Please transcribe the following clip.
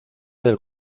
del